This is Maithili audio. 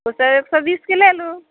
ओ सभ एक सए बीसके लऽ लू